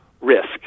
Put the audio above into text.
risk